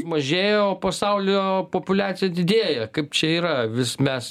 mažėjo o pasaulio populiacija didėja kaip čia yra vis mes